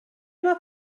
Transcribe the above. mae